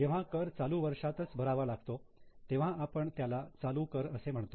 जेव्हा कर चालू वर्षातच भरावा लागतो तेव्हा आपण त्याला चालू कर असे म्हणतो